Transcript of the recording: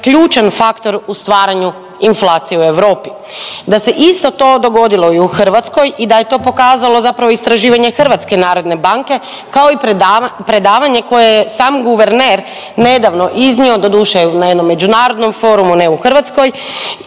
ključan faktor u stvaranju inflacije u Europi, da se isto to dogodilo i u Hrvatskoj i da je to pokazalo zapravo istraživanje HNB-a kao i predavanje koje je sam guverner nedavno iznio, doduše na jednom međunarodnom forumu, ne u Hrvatskoj